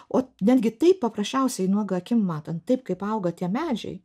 o netgi taip paprasčiausiai nuoga akim matant taip kaip auga tie medžiai